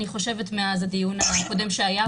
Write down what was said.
אני חושבת, מאז הדיון הקודם שהיה פה.